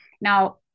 Now